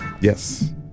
Yes